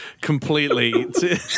completely